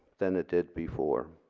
than it did before.